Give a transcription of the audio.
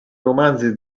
romanzi